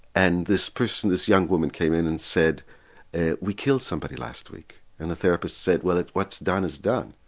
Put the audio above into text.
and this person, this young woman came in and said we killed somebody last week. and the therapist said, well, what's done is done.